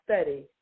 study